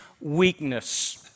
weakness